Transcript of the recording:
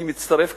אני מצטרף,